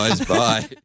Bye